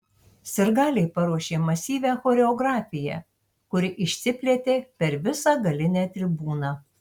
sirgaliai paruošė masyvią choreografiją kuri išsiplėtė per visą galinę tribūną